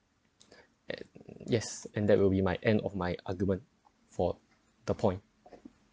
and yes and that will be my end of my argument for the point